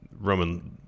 Roman